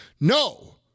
No